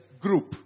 group